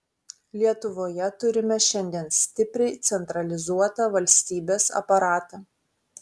lietuvoje turime šiandien stipriai centralizuotą valstybės aparatą